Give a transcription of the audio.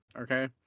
okay